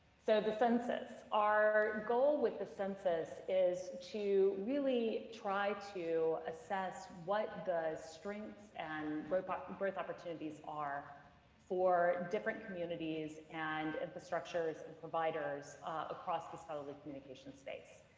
so the census. our goal with the census is to really try to assess what the strengths and growth but and growth opportunities are for different communities and infrastructures and providers across the scholarly communication space.